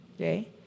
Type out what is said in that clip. Okay